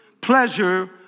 pleasure